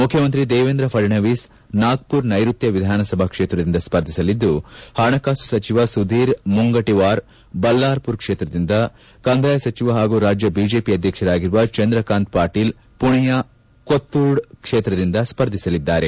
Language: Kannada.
ಮುಖ್ಯಮಂತ್ರಿ ದೇವೇಂದ್ರ ಫಡಣವೀಸ್ ನಾಗ್ವುರ್ ನೈಋತ್ತ ವಿಧಾನಸಭಾ ಕ್ಷೇತ್ರದಿಂದ ಸ್ಪರ್ಧಿಸಲಿದ್ದು ಪಣಕಾಸು ಸಚಿವ ಸುಧೀರ್ ಮುಂಗಂಟವಾರ್ ಬಲ್ಲರಾಪುರ್ ಕ್ಷೇತ್ರದಿಂದ ಕಂದಾಯ ಸಚಿವ ಹಾಗೂ ರಾಜ್ಯ ಬಿಜೆಪಿ ಅಧ್ಯಕ್ಷರಾಗಿರುವ ಚಂದ್ರಕಾಂತ್ ಪಾಟೀಲ್ ಪುಣೆಯ ಕೊತ್ತೂರ್ಡ್ ಕ್ಷೇತ್ರದಿಂದ ಸ್ಫರ್ಧಿಸಲಿದ್ದಾರೆ